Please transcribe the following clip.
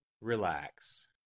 Relax